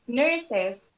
nurses